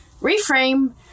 reframe